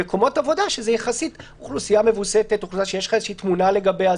במקומות עבודה שזה יחסית אוכלוסייה מווסתת שיש לגביה תמונה,